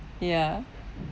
ya